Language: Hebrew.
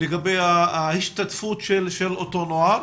לגבי ההשתתפות של אותו נוער,